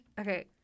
okay